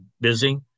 busy